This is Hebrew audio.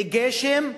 מגשם,